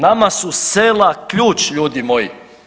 Nama su sela ključ ljudi moji.